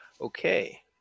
Okay